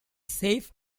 safe